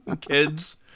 kids